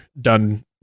done